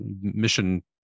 mission